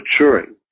maturing